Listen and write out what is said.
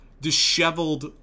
disheveled